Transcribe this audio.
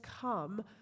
come